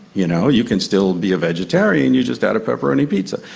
you know you can still be a vegetarian, you just had a pepperoni pizza.